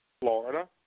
Florida